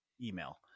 email